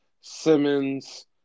Simmons